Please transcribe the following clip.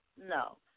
no